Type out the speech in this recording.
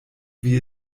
wie